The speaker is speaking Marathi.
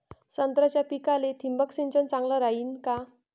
संत्र्याच्या पिकाले थिंबक सिंचन चांगलं रायीन का?